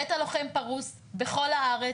בית הלוחם פרוס בכל הארץ.